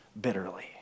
bitterly